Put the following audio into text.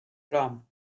term